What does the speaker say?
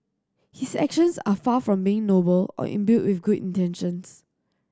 his actions are far from being noble or imbued with good intentions